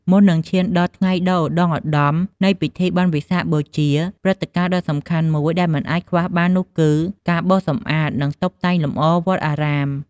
មុននឹងឈានដល់ថ្ងៃដ៏ឧត្តុង្គឧត្តមនៃពិធីបុណ្យវិសាខបូជា ព្រឹត្តិការណ៍ដ៏សំខាន់មួយដែលមិនអាចខ្វះបាននោះគឺ ការបោសសម្អាត និងតុបតែងលម្អវត្តអារាម។